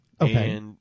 Okay